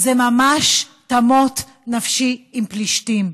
זה ממש "תמות נפשי עם פלשתים".